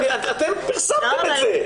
אתם פרסמתם את זה.